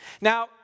Now